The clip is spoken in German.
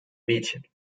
mädchen